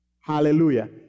Hallelujah